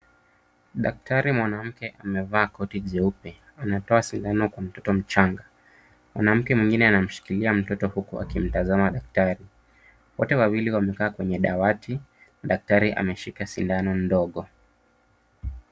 Daktari mwanamke amevaa koti jeupe, anatoa sindano kwa mtoto mchanga. Mwanamke mwingine anamshikilia mtoto huku akimtazama daktari. Wote wawili wamekaa kwenye dawati, daktari ameshika sindano ndogo.